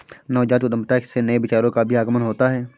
नवजात उद्यमिता से नए विचारों का भी आगमन होता है